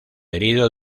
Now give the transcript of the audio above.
herido